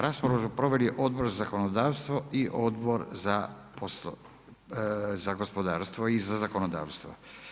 Raspravu su proveli Odbor za zakonodavstvo i Odbor za gospodarstvo i za zakonodavstvo.